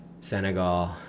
Senegal